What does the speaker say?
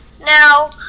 Now